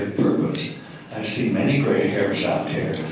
purpose. i see many gray hairs out there.